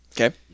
Okay